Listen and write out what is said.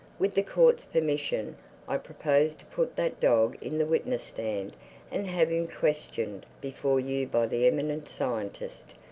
with the court's permission i propose to put that dog in the witness-stand and have him questioned before you by the eminent scientist,